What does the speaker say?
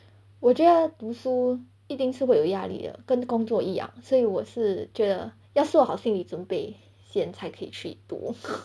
我觉得读书一定是会有压力的跟工作一样所以我是觉得要做好心理准备先才可以去读